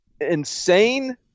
insane